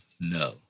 no